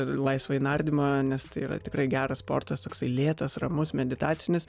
laisvąjį nardymą nes tai yra tikrai geras sportas toksai lėtas ramus meditacinis